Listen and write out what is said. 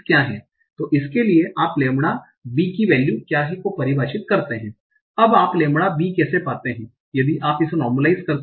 तो इसके लिए आप लैम्बडा बी की वैल्यू क्या है को परिभाषित करते हैं अब आप लैम्बडा बी कैसे पाते हैं यदि आप इसे नोरमालाइस करते है